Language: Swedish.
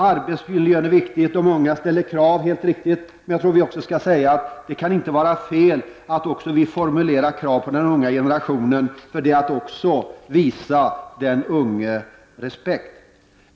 Arbetsmiljön är viktig. De unga ställer krav, och det är helt riktigt. Men det kan inte vara fel att vi också ställer krav på den unga generationen. Det är också att visa den unge respekt.